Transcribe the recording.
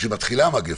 כשמתחילה המגפה,